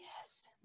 Yes